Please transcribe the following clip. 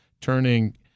turning